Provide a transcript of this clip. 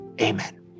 Amen